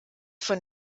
von